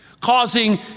causing